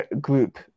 group